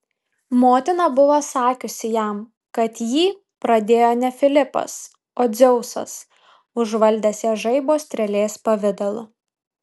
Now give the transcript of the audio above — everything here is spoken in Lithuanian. motina buvo sakiusi jam kad jį pradėjo ne filipas o dzeusas užvaldęs ją žaibo strėlės pavidalu